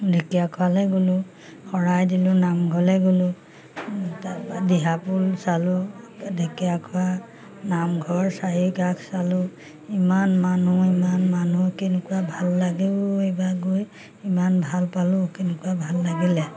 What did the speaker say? ঢেকীয়াখোৱালে গ'লোঁ শৰাই দিলোঁ নামঘৰলে গ'লোঁ তাৰপৰা দিহাপুল চালোঁ ঢেকীয়া খোৱা নামঘৰৰ চাৰি কাষ চালোঁ ইমান মানুহ ইমান মানুহ কেনেকুৱা ভাল লাগে অ' এইবাৰ গৈ ইমান ভাল পালোঁ কেনেকুৱা ভাল লাগিলে